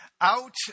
out